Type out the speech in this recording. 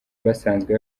basanzwe